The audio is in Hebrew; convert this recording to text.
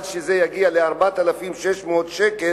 עד שזה יגיע ל-4,600 שקל,